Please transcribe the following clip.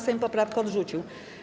Sejm poprawkę odrzucił.